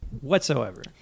whatsoever